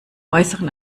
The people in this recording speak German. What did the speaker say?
äußeren